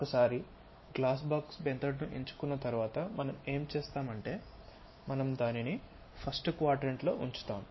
ఒకసారి glass box method ను ఎంచుకున్న తర్వాత మనం ఏం చేస్తామంటే మనం దానిని 1st క్వాడ్రంట్ లో ఉంచుతాము